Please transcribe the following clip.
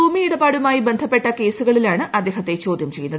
ഭൂമിയിടപാടുമായി ബന്ധപ്പെട്ട കേസുകളിലാണ് അദ്ദേഹത്തെ ചോദ്യം ചെയ്യുന്നത്